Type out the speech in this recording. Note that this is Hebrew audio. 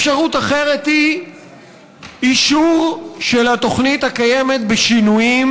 אפשרות אחרת היא אישור של התוכנית הקיימת בשינויים,